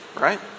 right